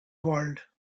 bold